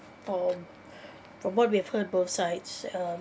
from from what we have heard both sides uh